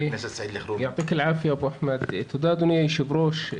אדוני היושב-ראש.